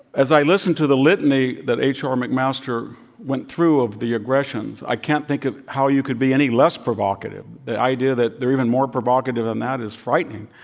as i listened to the litany that h. r. mcmaster went through of the aggressions, i can't think of how you could be any less provocative, the idea that they're even more provocative than that is frightening.